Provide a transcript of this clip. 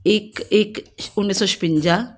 ਇੱਕ ਇੱਕ ਉੱਨੀ ਸੌ ਛਪੰਜਾ